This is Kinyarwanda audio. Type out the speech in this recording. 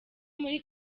muri